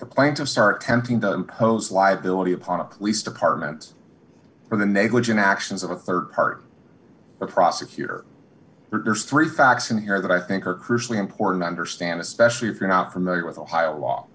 the plans of start tempting to impose liability upon a police department for the negligent actions of a rd party or prosecutor there's three facts in here that i think are crucially important understand especially if you're not familiar with ohio law